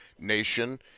nation